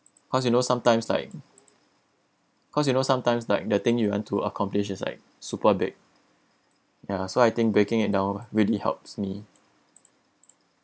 cause you know sometimes like cause you know sometimes like the thing you want to accomplish is like super big ya so I think breaking it down really helps me